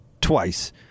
twice